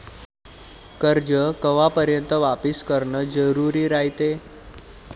कर्ज कवापर्यंत वापिस करन जरुरी रायते?